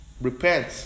Repent